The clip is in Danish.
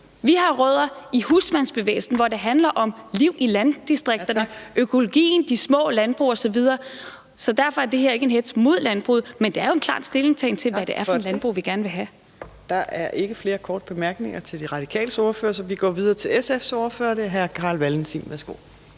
vi har rødder i husmandsbevægelsen, hvor det handler om liv i landdistrikterne, økologien, de små landbrug osv. Så derfor er det her ikke en hetz mod landbruget, men det er jo en klar stillingtagen til, hvad det er for et landbrug, vi gerne vil have. Kl. 18:29 Fjerde næstformand (Trine Torp): Der er ikke flere korte bemærkninger til De Radikales ordfører, så vi går videre til SF's ordfører, og det er hr. Carl Valentin.